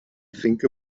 think